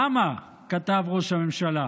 למה?" כתב ראש הממשלה,